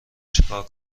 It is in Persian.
چکار